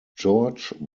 george